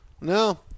no